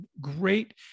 great